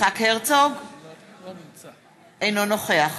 אינו נוכח